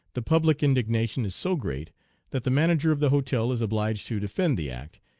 the public indignation is so great that the manager of the hotel is obliged to defend the act,